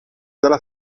dalla